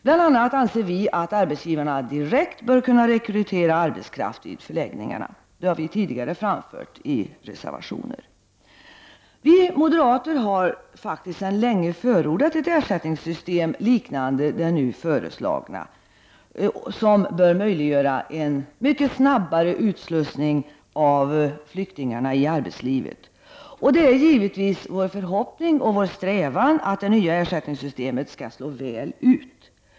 Bl.a. anser vi att arbetsgivarna direkt bör kunna rekrytera arbetskraft vid förläggningarna. Det har vi framfört tidigare i reservationer. Vi moderater har länge förordat ett ersättningssystem liknande det nu föreslagna, som möjliggör en mycket snabbare utslussning av flyktingar i arbetslivet. Det är givetvis vår förhoppning och vår strävan att det nya ersättningssystemet skall slå väl ut.